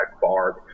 Barb